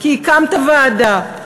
כי הקמת ועדה.